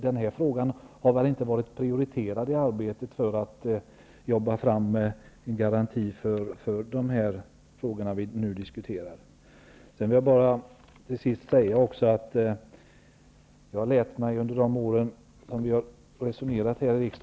Det har väl inte varit prioriterat att arbeta fram en garanti i den fråga vi nu diskuterar.